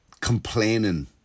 complaining